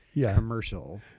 commercial